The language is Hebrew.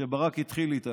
שברק התחיל אנחנו